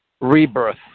rebirth